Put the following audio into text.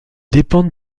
dépendent